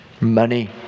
money